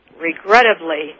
regrettably